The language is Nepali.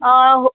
हो